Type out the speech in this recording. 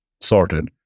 sorted